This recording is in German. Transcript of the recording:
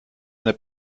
eine